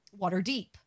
Waterdeep